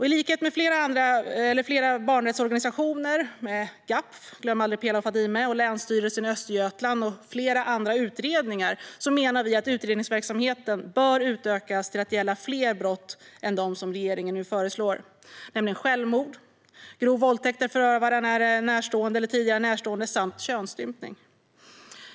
I likhet med flera barnrättsorganisationer - Gapf, Glöm aldrig Pela och Fadime, länsstyrelsen i Östergötland och flera andra utredningar - menar vi att utredningsverksamheten bör utökas till att gälla fler brott än dem som regeringen nu föreslår, nämligen självmord, grov våldtäkt där förövaren är en närstående eller tidigare närstående samt könsstympning.